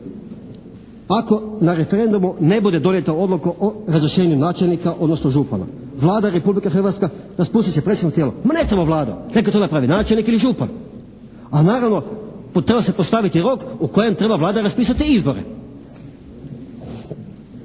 ako na referendumu ne bude donijeta odluka o razrješenju načelnika, odnosno župana. Vlada Republike Hrvatske raspustiti će predstavničko tijelo. Ma ne treba Vlada, neka to napravi načelnik ili župan, a naravno treba se postaviti rok u kojem treba Vlada raspisati te izbore.